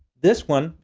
this one,